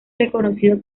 reconocido